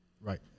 Right